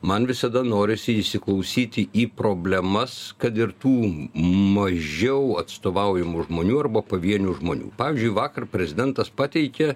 man visada norisi įsiklausyti į problemas kad ir tų mažiau atstovaujamų žmonių arba pavienių žmonių pavyzdžiui vakar prezidentas pateikė